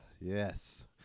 Yes